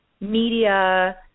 media